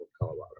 Colorado